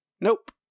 Nope